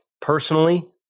personally